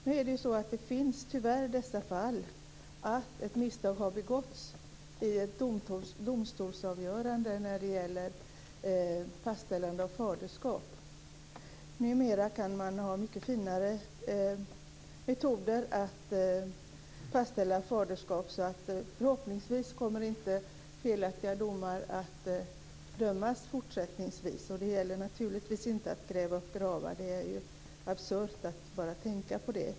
Nu finns tyvärr dessa fall där ett misstag har begåtts i ett domstolsavgörande när det gäller fastställande av faderskap. Numera kan man ha mycket finare metoder att fastställa faderskap, så förhoppningsvis kommer inte felaktiga domar att dömas fortsättningsvis. Det gäller naturligtvis inte att gräva upp gravar. Det är absurt att bara tänka på det.